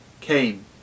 came